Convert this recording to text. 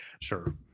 Sure